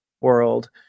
world